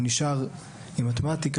הוא נשאר עם מתמטיקה,